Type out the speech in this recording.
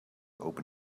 open